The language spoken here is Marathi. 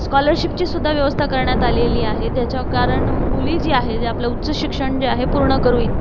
स्कॉलरशिपची सुद्धा व्यवस्था करण्यात आलेली आहे ज्याच्या कारण मुली जी आहे जे आपलं उच्च शिक्षण जे आहे पूर्ण करू इ